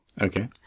Okay